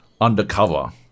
undercover